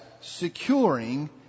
securing